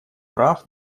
прав